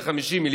הוא 50 מיליארד,